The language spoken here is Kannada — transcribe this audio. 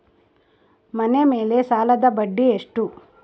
ಮನೆ ಮೇಲೆ ಸಾಲದ ಬಡ್ಡಿ ಎಷ್ಟು?